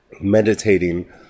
meditating